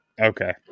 Okay